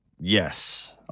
yes